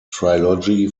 trilogy